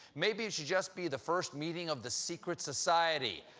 maybe it should just be the first meeting of the secret society.